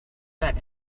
that